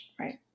Right